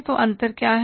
तो अंतर क्या है